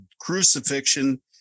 crucifixion